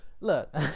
Look